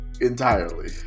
entirely